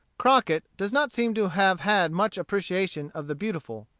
crockett does not seem to have had much appreciation of the beautiful.